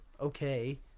okay